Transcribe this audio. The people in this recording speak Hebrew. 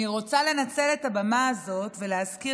אני רוצה לנצל את הבמה הזאת ולהזכיר